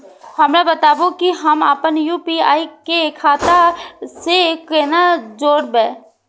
हमरा बताबु की हम आपन यू.पी.आई के खाता से कोना जोरबै?